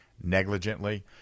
negligently